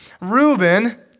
Reuben